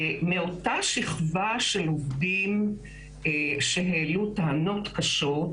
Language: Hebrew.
מאותה שכבה של עובדים שהעלו טענות קשות,